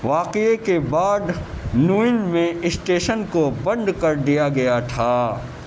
واقعے کے بعد نوئین میں اسٹیشن کو بند کر دیا گیا تھا